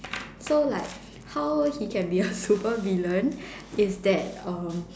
so like how he can be a super villain is that um